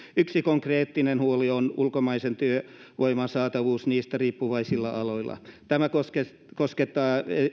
yksi konkreettinen huoli on ulkomaisen työvoiman saatavuus niistä riippuvaisilla aloilla tämä koskettaa